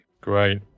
Great